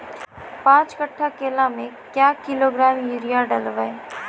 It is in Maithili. पाँच कट्ठा केला मे क्या किलोग्राम यूरिया डलवा?